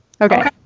okay